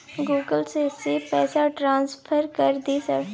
Google से से पैसा ट्रांसफर कर दिय सर?